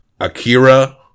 akira